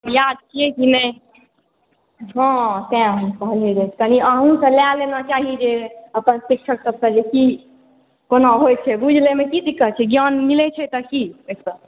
याद छियै कि नहि हँ तैं कनि अहुँसे राय लेना चाही जे अपन शिक्षकसभसँ जे कि कोना होइ छै बुद्धि लैमे की दिक्कत छै ज्ञान मिलै छै तऽ की एहिसँ